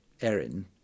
Erin